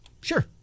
Sure